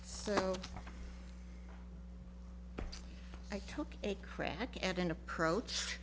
so i took a crack at an approach